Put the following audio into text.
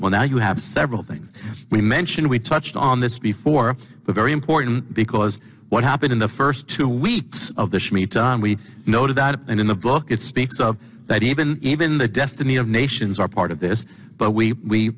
well now you have several things we mentioned we touched on this before but very important because what happened in the first two weeks of the shmita we noted that in the book it speaks of that even even the destiny of nations are part of this but we